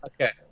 Okay